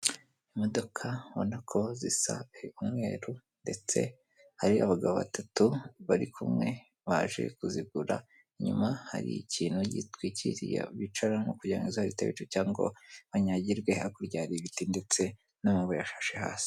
Imodoka ubonako zisa umweru ndetse hari abagabo batatu bari kumwe baje kuzigura, inyuma hari ikintu gitwikiriye bicara kugira ngo izuba ritabica cyangwa banyagirwe, hakurya hari ibiti ndetse n'amabuye ashashe hasi.